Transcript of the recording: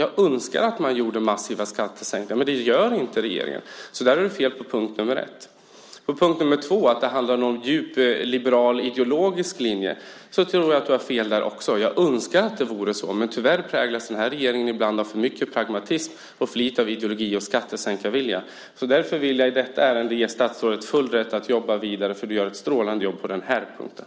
Jag önskar att man gjorde massiva skattesänkningar. Men det gör inte regeringen. Där har du fel på punkt nr 1. På punkt nr 2, att det handlar om en djupliberal ideologisk linje, tror jag också att du har fel. Jag önskar att det vore så. Men tyvärr präglas den här regeringen ibland av för mycket pragmatism och för lite av ideologi och skattesänkarvilja. Därför vill jag i detta ärende ge statsrådet full rätt att jobba vidare, för du gör ett strålande jobb på den här punkten.